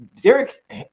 Derek